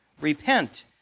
repent